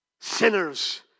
Sinners